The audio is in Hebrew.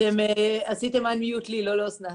אני צריכה שתתנו לי לשתף את המצגת.